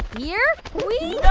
here we.